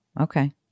Okay